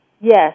Yes